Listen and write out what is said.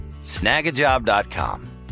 snagajob.com